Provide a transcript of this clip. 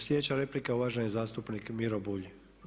Sljedeća replika, uvaženi zastupnik Miro Bulj.